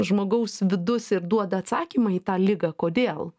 žmogaus vidus ir duoda atsakymą į tą ligą kodėl